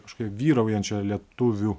kažkokia vyraujančia lietuvių